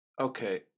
Okay